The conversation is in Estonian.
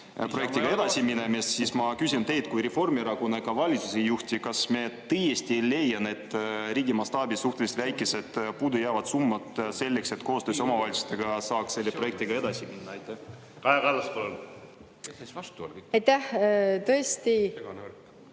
projektiga edasiminemist, siis ma küsin teilt kui Reformierakonna ja ka valitsuse juhilt: kas me tõesti ei leia neid riigi mastaabis suhteliselt väikesi puudujäävad summasid selleks, et koostöös omavalitsustega saaks selle projektiga edasi minna? Aitäh, austatud